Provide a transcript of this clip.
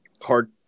hard